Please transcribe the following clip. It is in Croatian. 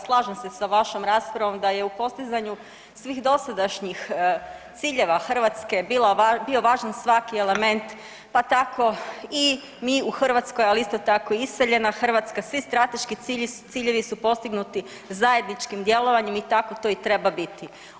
Slažem se s vašom raspravom da je u postizanju svih dosadašnjih ciljeva Hrvatske bio važan svaki element pa tako i mi u Hrvatskoj, ali isto tako i iseljena Hrvatska svi strateški su postignuti zajedničkim djelovanjem i tako to i treba biti.